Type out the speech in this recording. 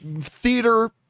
theater